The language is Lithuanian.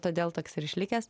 todėl toks ir išlikęs